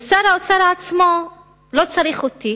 שר האוצר עצמו לא צריך אותי